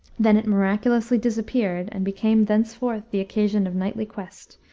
then it miraculously disappeared and became thenceforth the occasion of knightly quest,